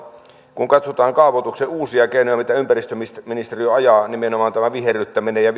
kun katsotaan kaavoituksen uusia keinoja mitä ympäristöministeriö ajaa nimenomaan tätä viherryttämistä ja